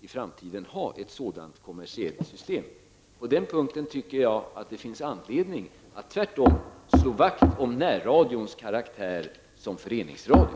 i framtiden skall ha ett sådant kommersiellt system. På den punkten tycker jag tvärtom att det finns anledning att slå vakt om närradions karaktär av föreningsradio.